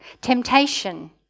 Temptation